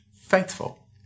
faithful